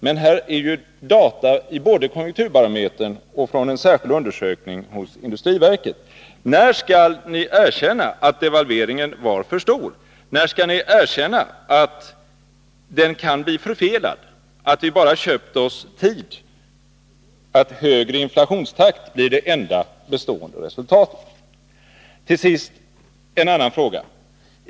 Men det finns ju färska data från både konjunkturbarometern och en särskild undersökning hos industriverket. När skall ni erkänna att devalveringen var för stor? När skall ni erkänna att den kan bli förfelad, att vi bara köpt oss tid, att högre inflationstakt blir det enda bestående resultatet? Till sist en annan fråga.